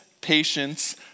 patience